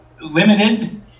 limited